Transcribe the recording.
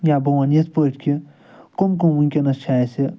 یا بہٕ وَنہٕ یِتھ پٲٹھۍ کہِ کٕم کٕم وُنٛکیٚس چھِ اسہِ